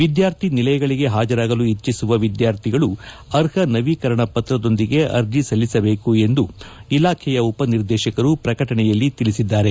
ವಿದ್ಯಾರ್ಥಿ ನಿಲಯಗಳಿಗೆ ಹಾಜರಾಗಲು ಇಚ್ದಿಸುವ ವಿದ್ಯಾರ್ಥಿಗಳು ಅರ್ಹ ನವೀಕರಣ ಪತ್ರದೊಂದಿಗೆ ಅರ್ಜಿ ಸಲ್ಲಿಸಬೇಕು ಎಂದು ಇಲಾಖೆಯ ಉಪನಿರ್ದೇಶಕರು ಪ್ರಕಟಣೆಯಲ್ಲಿ ತಿಳಿಸಿದ್ದಾರೆ